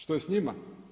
Što je sa njima?